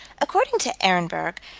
according to ehrenberg,